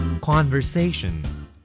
Conversation